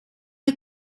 are